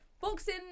boxing